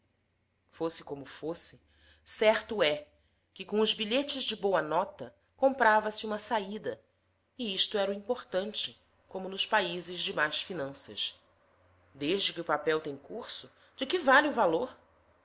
fosse como fosse certo é que com os bilhetes de boa nota comprava se uma saída e isto era o importante como nos países de más finanças desde que o papel tem curso de que vale o valor